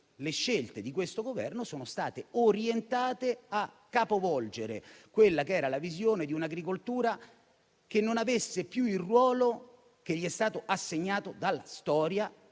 le scelte di questo Governo sono state orientate a capovolgere quella che era la visione di un'agricoltura che non avesse più il ruolo che gli è stato assegnato dalla storia